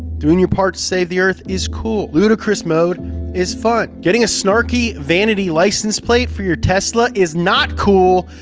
doing your part to save the earth is cool. ludicrous mode is fun. getting a snarky vanity license plate for your tesla is not cool,